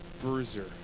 bruiser